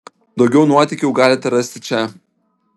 daugiau nuotykių galite rasti čia